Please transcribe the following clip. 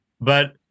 But-